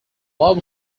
love